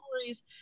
stories